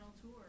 tour